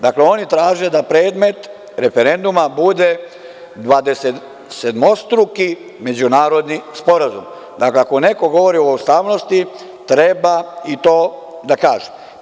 Dakle, oni traže da predmet referenduma bude dvadesetsedmostruki međunarodni sporazum, da ako neko govori o ustavnosti treba i to da kaže.